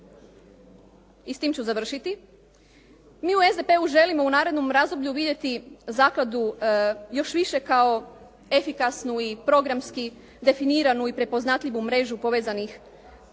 i s time ću završiti. Mi u SDP-u želimo u narednom razdoblju vidjeti zakladu još više kao efikasnu i programski definiranu i prepoznatljivu mrežu povezanih